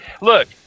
look